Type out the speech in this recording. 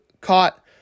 caught